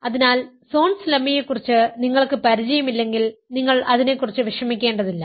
അതിനാൽ സോൺസ് ലെമ്മയെക്കുറിച്ച് നിങ്ങൾക്ക് പരിചയമില്ലെങ്കിൽ നിങ്ങൾ അതിനെക്കുറിച്ച് വിഷമിക്കേണ്ടതില്ല